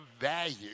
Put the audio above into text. value